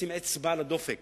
לשים אצבע על הדופק